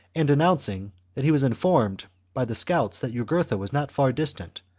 and, announcing that he was informed by the scouts that jugurtha was not far distant,